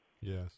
Yes